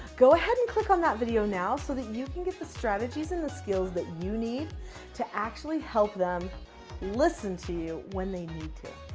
go ahead and click on that video now so that you can get the strategies and the skills that you need to actually help them listen to you when they need